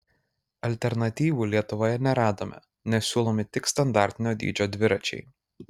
alternatyvų lietuvoje neradome nes siūlomi tik standartinio dydžio dviračiai